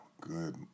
good